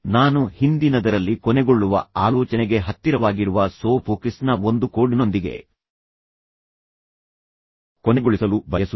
ನಾನು ಹಿಂದಿನದರಲ್ಲಿ ಕೊನೆಗೊಳ್ಳುವ ಆಲೋಚನೆಗೆ ಹತ್ತಿರವಾಗಿರುವ ಸೋಫೋಕ್ಲಿಸ್ನ ಒಂದು ಕೋಡ್ನೊಂದಿಗೆ ಕೊನೆಗೊಳಿಸಲು ಬಯಸುತ್ತೇನೆ